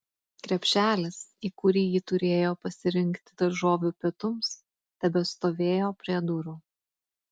krepšelis į kurį ji turėjo pasirinkti daržovių pietums tebestovėjo prie durų